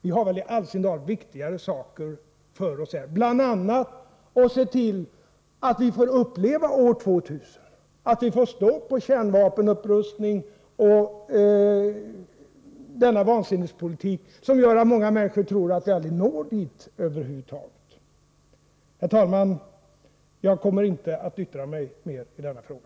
Vi har väl i all sin dar viktigare saker för oss här, bl.a. att se till att vi får uppleva år 2000, att vi får stopp på kärnvapenupprustningen och den vansinnespolitik som gör att många människor tror att vi aldrig når dit över huvud taget. Herr talman! Jag kommer inte att yttra mig mer i denna fråga.